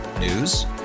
News